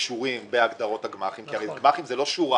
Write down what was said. שקשורים בהגדרות הגמ"חים כי הרי גמ"חים זה לא שורה